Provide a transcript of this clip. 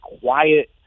quiet